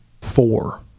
four